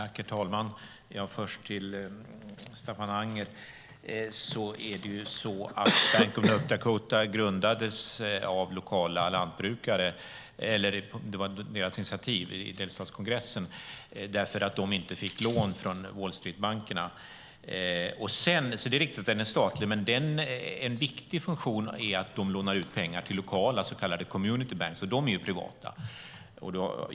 Herr talman! Jag vill först säga till Staffan Anger att Bank of North Dakota grundades på initiativ av lokala lantbrukare i delstatskongressen därför att de inte fick lån från Wall Street-bankerna. Det är riktigt att den är statlig. Men en viktig funktion är att de lånar ut pengar till lokala så kallade community banks, och de är privata.